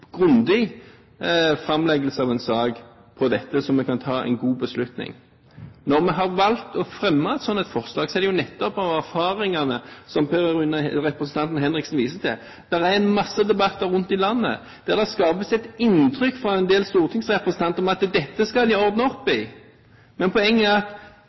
grundig framleggelse av en sak på dette, så vi kan ta en god beslutning. Når vi har valgt å fremme et slikt forslag, er det nettopp ut fra erfaringene som representanten Henriksen viser til. Det er en masse debatter rundt om i landet der det skapes et inntrykk fra en del stortingsrepresentanter av at dette skal de ordne opp i. Men poenget er at